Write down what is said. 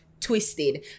twisted